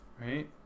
right